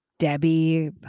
Debbie